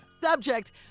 Subject